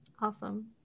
Awesome